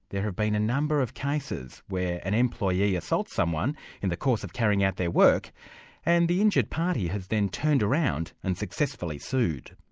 there have been a number of cases where an employee assaults someone in the course of carrying out their work and the injured party has then turned around and successfully sued.